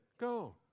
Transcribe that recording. Go